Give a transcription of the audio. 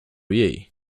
jej